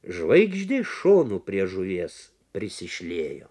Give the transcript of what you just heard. žvaigždės šonu prie žuvies prisišliejo